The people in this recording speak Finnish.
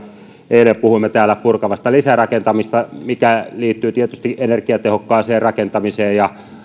eilen puhuimme täällä purkavasta lisärakentamisesta mikä liittyy tietysti energiatehokkaaseen rakentamiseen ja